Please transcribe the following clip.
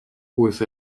with